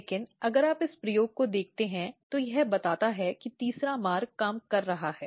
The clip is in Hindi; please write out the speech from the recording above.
लेकिन अगर आप इस प्रयोग को देखते हैं तो यह बताता है कि तीसरा मार्ग काम कर रहा है